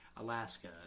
Alaska